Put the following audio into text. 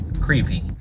creepy